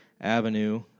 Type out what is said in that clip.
avenue